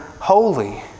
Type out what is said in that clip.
holy